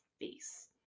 face